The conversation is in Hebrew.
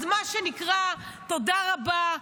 אז מה שנקרא, תודה רבה.